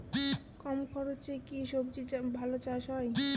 কম খরচে কি সবজি চাষ ভালো হয়?